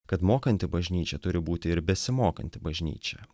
kad mokanti bažnyčia turi būti ir besimokanti bažnyčia